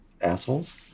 assholes